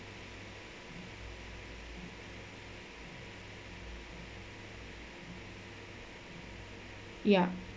ya